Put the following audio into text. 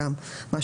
בשנה.